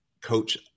coach